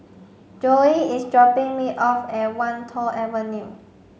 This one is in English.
Zoey is dropping me off at Wan Tho Avenue